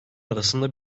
arasında